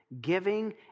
giving